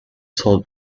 salt